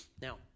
Now